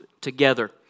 together